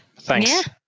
Thanks